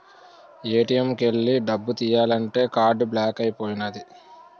ATM కు ఎల్లి డబ్బు తియ్యాలంతే కార్డు బ్లాక్ అయిపోనాది